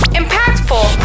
impactful